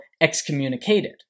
excommunicated